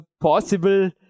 possible